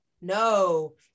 no